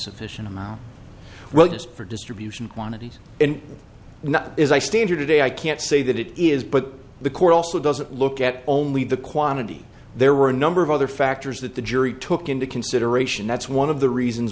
sufficient amount well just for distribution quantities and not as i stand here today i can't say that it is but the court also doesn't look at only the quantity there were a number of other factors that the jury took into consideration that's one of the reasons